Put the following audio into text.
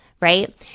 right